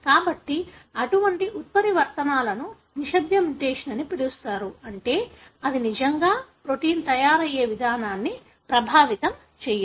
కాబట్టి అటువంటి ఉత్పరివర్తనాలను నిశ్శబ్ద మ్యుటేషన్ అని పిలుస్తారు అంటే ఇది నిజంగా ప్రోటీన్ తయారయ్యే విధానాన్ని ప్రభావితం చేయదు